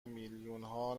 میلیونها